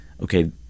okay